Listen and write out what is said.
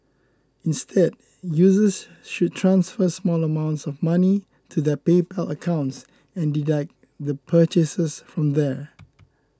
instead users should transfer small amounts of money to their PayPal accounts and deduct their purchases from there